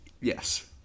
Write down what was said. Yes